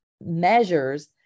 measures